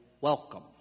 welcome